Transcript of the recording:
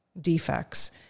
defects